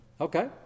Okay